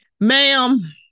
Ma'am